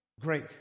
Great